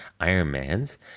Ironmans